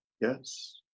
Yes